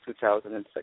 2006